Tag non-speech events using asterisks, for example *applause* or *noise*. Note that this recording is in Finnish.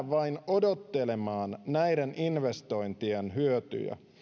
*unintelligible* vain odottelemaan näiden investointien hyötyjä